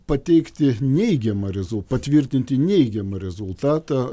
pateikti neigiamą rezul patvirtinti neigiamą rezultatą